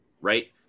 right